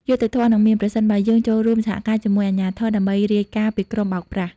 យុត្តិធម៌នឹងមាន ប្រសិនបើយើងចូលរួមសហការជាមួយអាជ្ញាធរដើម្បីរាយការណ៍ពីក្រុមបោកប្រាស់។